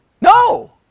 No